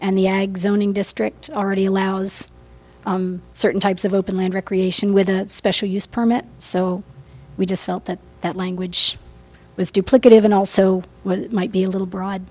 and the ag zoning district already allows certain types of open land recreation with a special use permit so we just felt that that language was duplicative and also might be a little broad